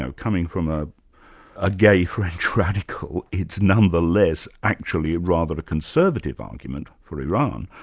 so coming from ah a gay french radical, it's nonetheless actually rather a conservative argument for iran,